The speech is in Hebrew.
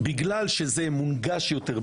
בגלל שזה מונגש יותר,